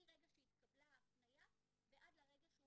מרגע שהתקבלה ההפניה ועד לרגע שהוא